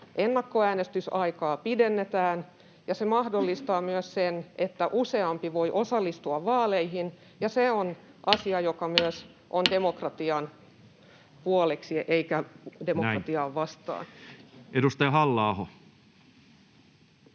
ennakkoäänestysaikaa pidennetään, ja se mahdollistaa myös sen, että useampi voi osallistua vaaleihin, ja se on asia, joka myös on demokratian puolesta eikä demokratiaa vastaan. Näin. — Edustaja Halla-aho.